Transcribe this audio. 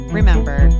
remember